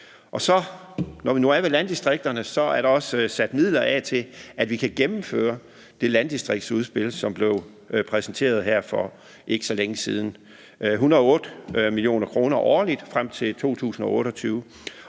Når vi nu er ved landdistrikterne, er der også sat midler af til, at vi kan gennemføre det landdistriktsudspil, som blev præsenteret her for ikke så længe siden. Midlerne udgør 108 mio. kr. årligt frem til 2028,